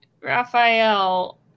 Raphael